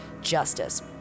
justice